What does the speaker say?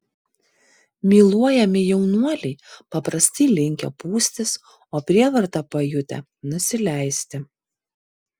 myluojami jaunuoliai paprastai linkę pūstis o prievartą pajutę nusileisti